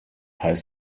heißt